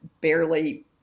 barely